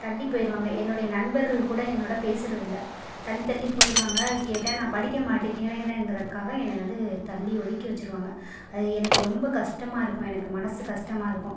தள்ளிப் போயிருவாங்க என்னுடைய நண்பர்கள் கூட என்னோடய பேசுகிறது இல்லை தள்ளித் தள்ளி போயிருவாங்க கேட்டால் நான் படிக்க மாட்டேங்கிறேனேங்கிறதுக்காக என்னைய வந்து தள்ளி ஒதுக்கி வச்சுடுவாங்க அது எனக்கு ரொம்ப கஷ்டமாக இருக்கும் எனக்கு மனசு கஷ்டமாக இருக்கும்